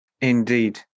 indeed